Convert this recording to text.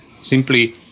Simply